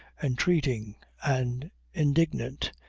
entreating and indignant.